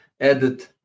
added